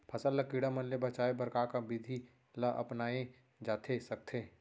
फसल ल कीड़ा मन ले बचाये बर का का विधि ल अपनाये जाथे सकथे?